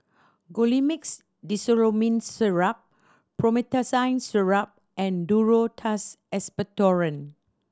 Colimix Dicyclomine Syrup Promethazine Syrup and Duro Tuss Expectorant